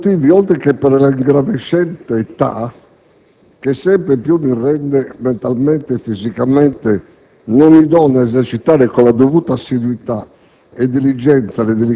Per questi motivi, oltre che per la ingravescente età che sempre più mi rende mentalmente e fisicamente non idoneo ad esercitare con la dovuta assiduità